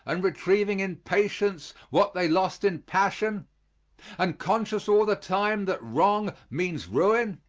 and retrieving in patience what they lost in passion and conscious all the time that wrong means ruin